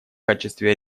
качестве